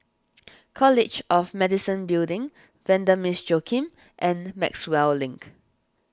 College of Medicine Building Vanda Miss Joaquim and Maxwell Link